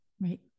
Right